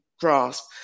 grasp